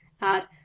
add